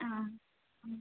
ಹಾಂ ಓಕೆ